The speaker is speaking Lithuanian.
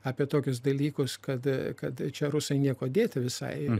apie tokius dalykus kad kad čia rusai niekuo dėti visai